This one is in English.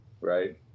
Right